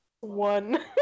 one